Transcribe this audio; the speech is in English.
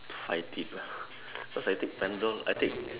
fight it lah cause I take Panadol I take